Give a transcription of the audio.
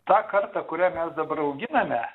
ta karta kurią mes dabar auginame